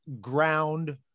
ground